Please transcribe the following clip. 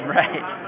right